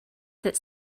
that